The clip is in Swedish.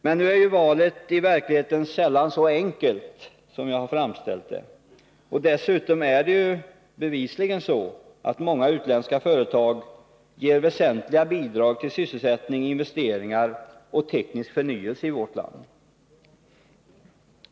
Men nu är valet i verkligheten sällan så enkelt som jag har framställt det, och dessutom är det bevisligen så att många utländska företag ger väsentliga bidrag till sysselsättning, investeringar och teknisk förnyelse i vårt land.